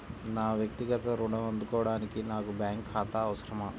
నా వక్తిగత ఋణం అందుకోడానికి నాకు బ్యాంక్ ఖాతా అవసరమా?